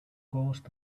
caused